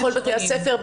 בכל בתי הספר?